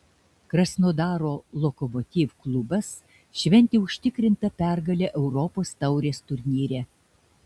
krasnodaro lokomotiv klubas šventė užtikrintą pergalę europos taurės turnyre